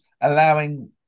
allowing